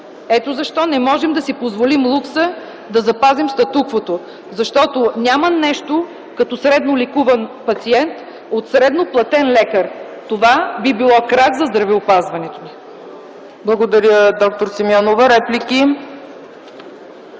Ето защо не можем да си позволим лукса да запазим статуквото. Защото няма нещо като средно лекуван пациент от средно платен лекар. Това би било крах за здравеопазването! ПРЕДСЕДАТЕЛ ЦЕЦКА ЦАЧЕВА: Благодаря, д р Симеонова. Реплики?